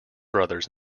brothers